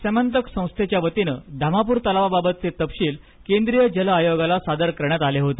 स्यमंतक संस्थेच्या वतीनं धामापूर तलावाबतचे तपशील केंद्रीय जल आयोगाला सादर करण्यात आले होते